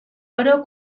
oro